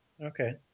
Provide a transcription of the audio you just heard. Okay